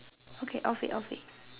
okay off it off it